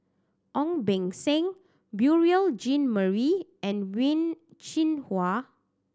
Ong Beng Seng Beurel Jean Marie and Wen Jinhua